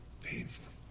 painful